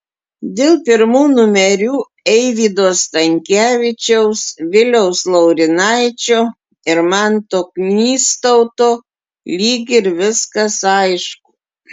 dėl pirmų numerių eivydo stankevičiaus viliaus laurinaičio ir manto knystauto lyg ir viskas aišku